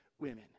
women